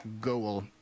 goal